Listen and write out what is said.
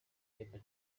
n’imwe